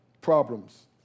problems